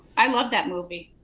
i love that movie.